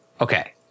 okay